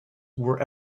were